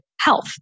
health